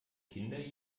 kinder